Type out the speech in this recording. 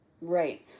Right